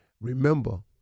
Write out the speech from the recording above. remember